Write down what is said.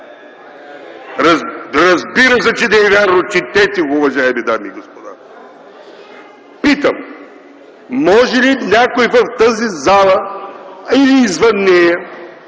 Разбира се, че не е вярно. Четете го, уважаеми дами и господа. Питам: може ли някой в тази зала, а и извън нея,